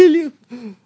I kill you